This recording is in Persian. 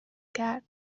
کرد